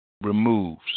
removes